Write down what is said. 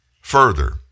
Further